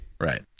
Right